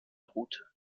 route